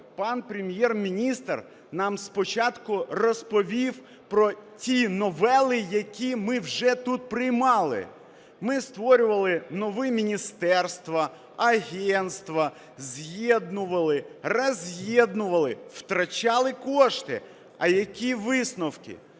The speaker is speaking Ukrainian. пан Прем'єр-міністр нам спочатку розповів про ті новели, які ми вже тут приймали. Ми створювали нові міністерства, агентства, з'єднували, роз'єднували, втрачали кошти. А які висновки?